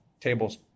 tables